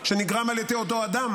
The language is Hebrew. שנגרם על ידי אותו אדם,